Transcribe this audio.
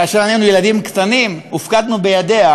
כאשר היינו ילדים קטנים הופקדנו בידיה,